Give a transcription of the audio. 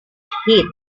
heat